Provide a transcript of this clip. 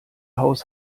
haus